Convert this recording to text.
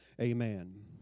Amen